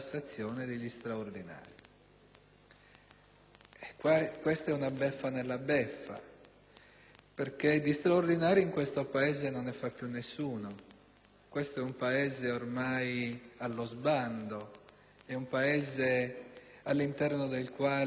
Questa è una beffa nella beffa, perché di straordinari in Italia non ne fa più nessuno. Questo è un Paese ormai allo sbando, un Paese in cui la cassa integrazione non basta più,